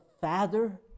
Father